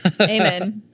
Amen